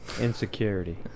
Insecurity